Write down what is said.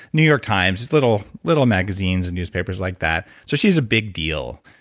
new york times. just little little magazines and newspapers like that. so she's a big deal.